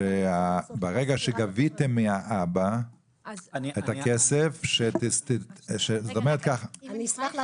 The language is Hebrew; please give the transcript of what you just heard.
שברגע שגביתם מהאבא את הכסף --- הגבייה היא